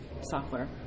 software